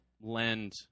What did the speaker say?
lend